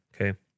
Okay